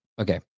okay